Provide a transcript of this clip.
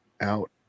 out